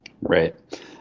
Right